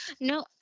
No